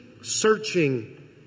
searching